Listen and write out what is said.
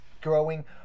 growing